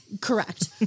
Correct